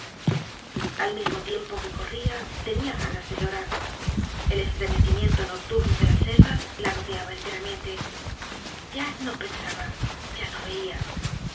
al mismo tiempo que corría tenia gana de llorar el estremecimiento nocturno de la selva la rodeaba enteramente ya no pensaba ya no veia